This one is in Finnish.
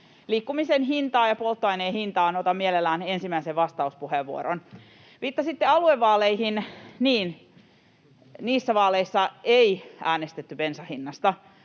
liikkumisen hintaan ja polttoaineiden hintaan, otan mielelläni ensimmäisen vastauspuheenvuoron. Viittasitte aluevaaleihin: Niin, niissä vaaleissa ei äänestetty bensan hinnasta